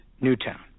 Newtown